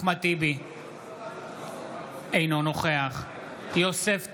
אינו נוכח יוסף טייב,